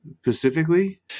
specifically